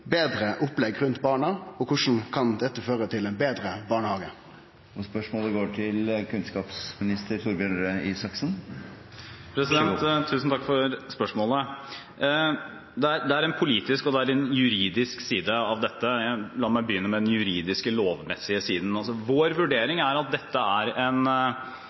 betre opplegg rundt barna, og korleis kan dette føre til ein betre barnehage? Spørsmålet går til kunnskapsminister Torbjørn Røe Isaksen. Tusen takk for spørsmålet. Det er en politisk og en juridisk side ved dette. La meg begynne med den juridiske, lovmessige siden. Vår vurdering er at dette er